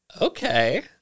Okay